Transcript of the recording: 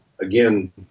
again